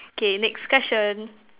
K next question